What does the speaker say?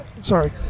sorry